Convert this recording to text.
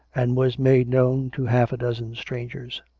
and was made known to half a dozen strangers.